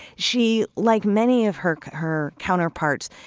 she, like many of her her counterparts,